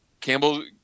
campbell